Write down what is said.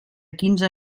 quinze